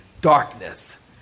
darkness